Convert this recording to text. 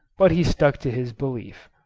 but he stuck to his belief.